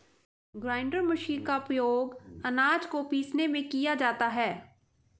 grinder machine का उपयोग आनाज को पीसने में किया जाता है